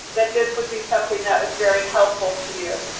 that this would be something that was very helpful to you.